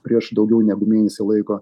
prieš daugiau negu mėnesį laiko